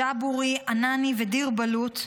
ג'בורי ענאני ודיר בלוט,